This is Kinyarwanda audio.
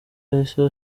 yahise